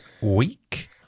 week